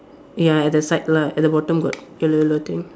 ya at the side lah at the bottom got yellow yellow thing